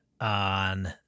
on